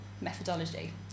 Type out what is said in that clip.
methodology